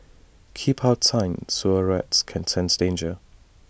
keep out sign sewer rats can sense danger